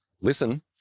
listen